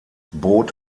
bot